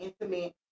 intimate